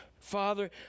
Father